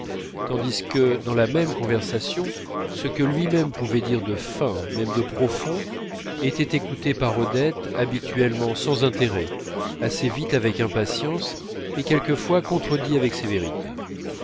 tandis que dans la même conversation ce que lui-même pouvait dire de fin même de profond était écouté par odette habituellement sans intérêt assez vite avec impatience et quelquefois contredit avec sévérité